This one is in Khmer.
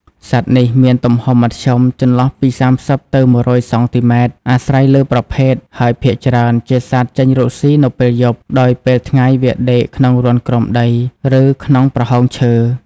សត្វនេះមានទំហំមធ្យម ចន្លោះពី ៣០ ទៅ ១០០ សង់ទីម៉ែត្រ អាស្រ័យលើប្រភេទ ហើយភាគច្រើនជា សត្វចេញរកស៊ីនៅពេលយប់ ដោយពេលថ្ងៃវាដេកក្នុងរន្ធក្រោមដី ឬក្នុងប្រហោងឈើ។